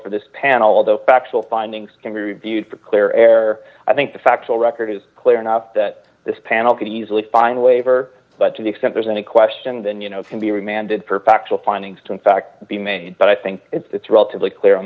for this panel all the factual findings can be reviewed for clear air i think the factual record is clear enough that this panel can easily find a waiver but to the extent there's any question then you know it can be remanded for factual findings to in fact be made but i think it's relatively clear on